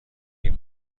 این